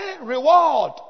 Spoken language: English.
reward